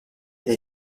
dai